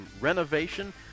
renovation